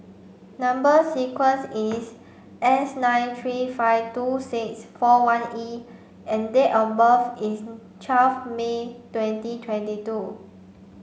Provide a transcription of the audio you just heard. number sequence is S nine three five two six four one E and date of birth is twelve May twenty twenty two